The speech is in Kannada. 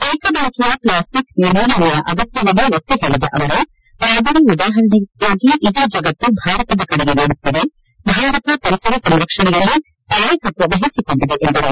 ಏಕಬಳಕೆಯ ಪ್ಲಾಸ್ಟಿಕ್ ನಿರ್ಮೂಲನೆಯ ಅಗತ್ಯವನ್ನು ಒತ್ತಿ ಹೇಳಿದ ಅವರು ಮಾದರಿ ಉದಾಹರಣೆಯಾಗಿ ಇದೀ ಜಗತ್ತು ಭಾರತದ ಕಡೆಗೆ ನೋಡುತ್ತಿದೆ ಭಾರತ ಪರಿಸರ ಸಂರಕ್ಷಣೆಯ ನಾಯಕತ್ವ ವಹಿಸಿಕೊಂಡಿದೆ ಎಂದರು